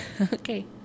Okay